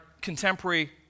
contemporary